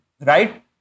right